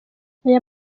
aya